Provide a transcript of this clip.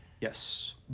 Yes